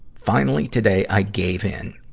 finally, today, i gave in.